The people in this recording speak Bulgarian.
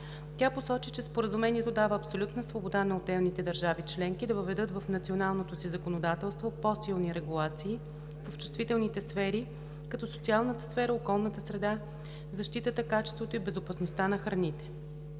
Тя посочи, че Споразумението дава абсолютна свобода на отделните държави членки да въведат в националното си законодателство по-силни регулации в чувствителните сфери като социалната сфера, околната среда, защитата на качеството и безопасността на храните.